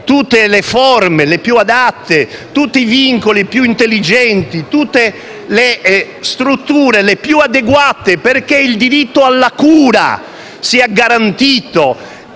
tutte le forme, le più adatte, tutti i vincoli, i più intelligenti, tutte le strutture, le più adeguate, perché il diritto alla cura sia garantito,